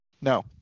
No